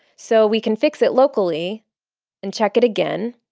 so we can fix it locally and check it again.